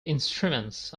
instruments